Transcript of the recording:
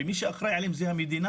ומי שאחראי עליהם זו המדינה,